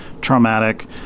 traumatic